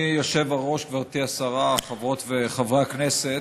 אדוני היושב-ראש, גברתי השרה, חברות וחברי הכנסת,